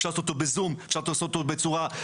אפשר לעשות אותו ב-ZOOM או בצורה וירטואלית.